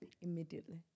Immediately